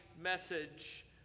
message